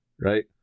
right